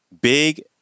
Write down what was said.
Big